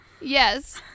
Yes